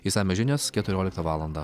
išsamios žinios keturioliktą valandą